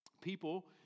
People